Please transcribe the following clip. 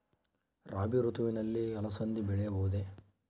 ರಾಭಿ ಋತುವಿನಲ್ಲಿ ಅಲಸಂದಿ ಬೆಳೆಯಬಹುದೆ?